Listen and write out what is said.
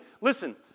listen